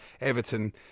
Everton